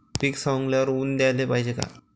पीक सवंगल्यावर ऊन द्याले पायजे का?